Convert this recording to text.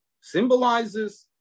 symbolizes